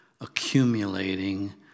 accumulating